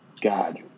God